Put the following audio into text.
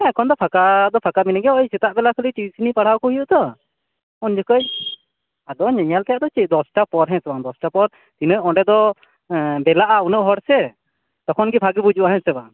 ᱮᱠᱷᱚᱱ ᱫᱚ ᱯᱷᱟᱸᱠᱟᱻ ᱫᱚ ᱯᱷᱟᱸᱠᱟ ᱢᱮᱱᱮᱧᱜᱮᱭᱟ ᱚᱭ ᱥᱮᱛᱟᱜ ᱵᱮᱞᱟ ᱠᱚ ᱜᱮ ᱴᱤᱭᱩᱥᱩᱱᱤᱧ ᱯᱟᱲᱦᱟᱣ ᱠᱚ ᱦᱩᱭᱩᱜᱼᱟ ᱛᱚ ᱩᱱ ᱡᱚᱠᱷᱚᱡ ᱟᱫᱚ ᱧᱮᱧᱮᱞ ᱴᱮᱡ ᱫᱚ ᱪᱮᱫᱫᱚᱥ ᱴᱟ ᱯᱚᱨᱮ ᱦᱮᱸᱪᱚᱝ ᱫᱚᱥ ᱴᱟ ᱯᱚᱨ ᱤᱱᱟ ᱚᱸᱰᱮ ᱫᱚ ᱵᱮᱞᱟ ᱟ ᱩᱱᱟᱹᱜ ᱦᱚᱲ ᱥᱮ ᱛᱚᱠᱷᱚᱱ ᱜᱮ ᱵᱷᱟᱜᱮ ᱵᱩᱡᱷᱟ ᱜᱼᱟ ᱦᱮᱸ ᱥᱮ ᱵᱟᱝ